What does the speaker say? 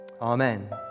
Amen